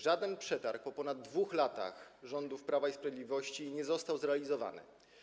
Żaden przetarg po ponad 2 latach rządów Prawa i Sprawiedliwości nie został zrealizowany.